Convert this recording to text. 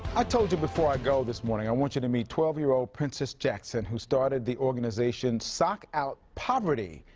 i told you before i go this morning, i want you to meet twelve year old princess jackson, who started the organization, sock out poverty.